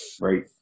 right